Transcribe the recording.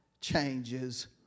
changes